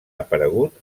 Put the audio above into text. aparegut